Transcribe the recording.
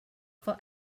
for